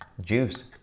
juice